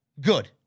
Good